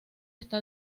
está